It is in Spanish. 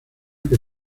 que